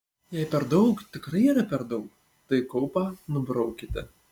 jei per daug tikrai yra per daug tai kaupą nubraukite